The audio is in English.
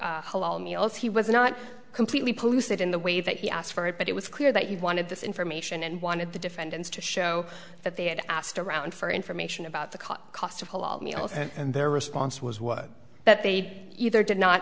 calculating hall meals he was not completely posted in the way that you asked for it but it was clear that you wanted this information and wanted the defendants to show that they had asked around for information about the cost of meals and their response was was that they either did not